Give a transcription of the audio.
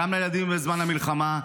גם לילדים בזמן המלחמה,